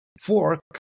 Fork